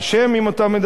אם אתה מדבר,